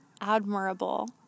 admirable